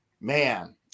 Man